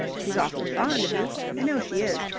she's awfully fond of you. i know she is.